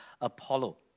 Apollo